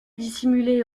dissimulé